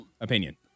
opinion